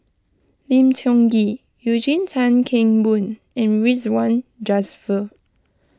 Lim Tiong Ghee Eugene Tan Kheng Boon and Ridzwan Dzafir